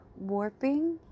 warping